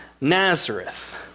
Nazareth